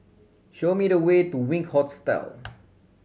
show me the way to Wink Hostel